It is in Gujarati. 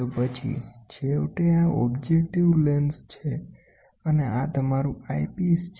તો પછી છેવટે આ ઓબજેક્ટિવ લેન્સ છે અને આ તમારું આઈપિસ છે